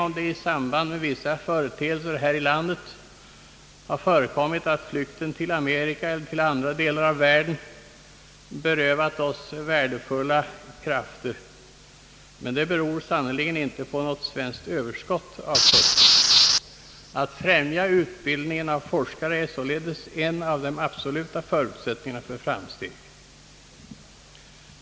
Flykten till Amerika eller andra delar av världen har visserligen i samband med en del företeelser här i landet berövat oss värdefulla krafter; men det sammanhänger sannerligen inte med något överskott på forskare. Att främja utbildningen av forskare är således en av de absoluta förutsättningarna för framsteg.